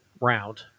round